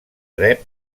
rep